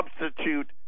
substitute